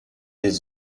his